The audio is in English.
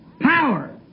Power